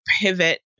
pivot